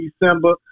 December